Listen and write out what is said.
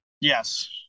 Yes